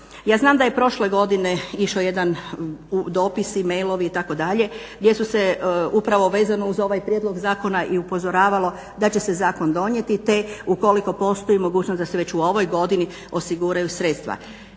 Ja znam da je prošle godine išao jedan dopis i mailovi itd., gdje su se upravo vezano za ovaj prijedlog zakona i upozoravalo da će se zakon donijeti te ukoliko postoji mogućnost da se već u ovoj godini osiguraju sredstva.